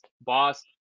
Boss